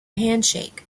handshake